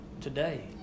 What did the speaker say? today